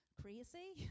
crazy